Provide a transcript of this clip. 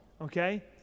Okay